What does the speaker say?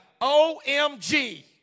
OMG